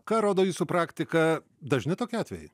ką rodo jūsų praktika dažni tokie atvejai